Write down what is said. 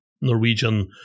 Norwegian